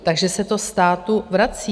Takže se to státu vrací.